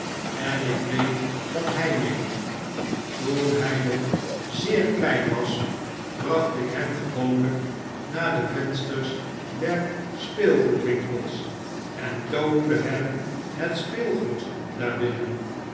en ik weet wat hy meent toen hij nog zeer klein was bracht ik hem gewoonlyk naar de vensters der speelgoedwinkels en toonde hem het speelgoed daarbinnen